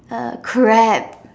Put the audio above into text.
the crab